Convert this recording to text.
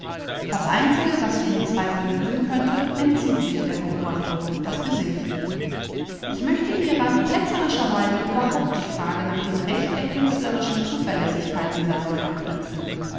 das einzige was jeden zweifel lösen könnte entzieht sich der beobachtung das gesicht ich möchte hieran ketzerischerweise überhaupt die frage nach dem recht der künstlerischen zuverlässigkeit dieser säulen knüpfen